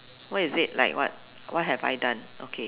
what is it like what what have I done okay